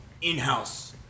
in-house